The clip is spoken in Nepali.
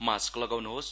मास्क लगाउन्होस्